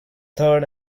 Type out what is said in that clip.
third